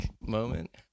moment